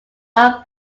are